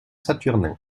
saturnin